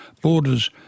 borders